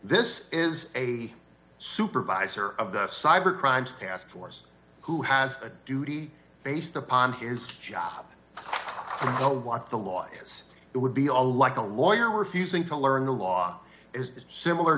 this is a supervisor of the cyber crimes task force who has a duty based upon his job know what the law is it would be a like a lawyer refusing to learn the law is similar